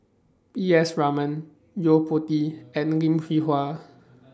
E S Raman Yo Po Tee and Lim Hwee Hua